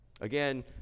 Again